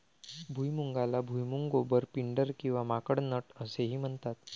भुईमुगाला भुईमूग, गोबर, पिंडर किंवा माकड नट असेही म्हणतात